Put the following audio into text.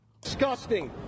disgusting